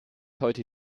heute